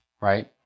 Right